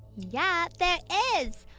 yeah there is!